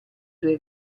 due